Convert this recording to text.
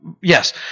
Yes